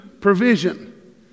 provision